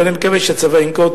ואני מקווה שהצבא ינקוט